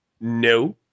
No